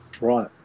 Right